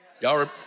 Y'all